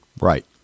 Right